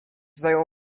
zajął